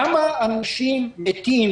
כמה אנשים מתים,